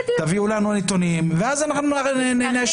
תביאו לנו נתונים ואז אנחנו נאשר את זה.